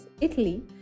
Italy